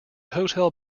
hotel